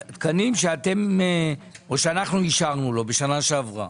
תקנים שאישרנו לו בשנה שעברה,